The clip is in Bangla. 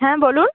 হ্যাঁ বলুন